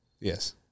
Yes